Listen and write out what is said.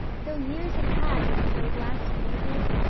though years have passed since i was last at naples,